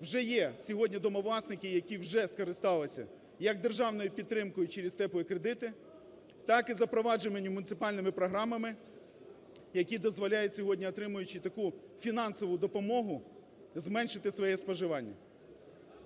вже є сьогодні домовласники, які вже скористалися як державною підтримкою через теплі кредити, так і запровадженими муніципальними програмами, які дозволяють сьогодні, отримуючи таку фінансову допомогу, зменшити своє споживання.